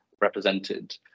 represented